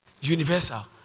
Universal